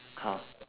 car